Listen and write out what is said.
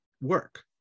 work